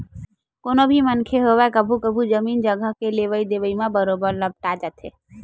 कोनो भी मनखे होवय कभू कभू जमीन जघा के लेवई देवई म बरोबर लपटा जाथे